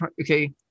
okay